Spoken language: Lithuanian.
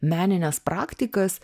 menines praktikas